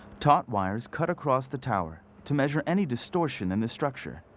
taut wires cut across the tower to measure any distortion in the structure.